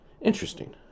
Interesting